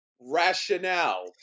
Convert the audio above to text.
rationale